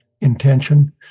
intention